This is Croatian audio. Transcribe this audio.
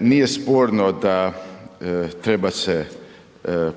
nije sporno da treba se